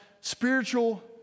spiritual